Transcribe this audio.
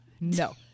No